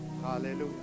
Hallelujah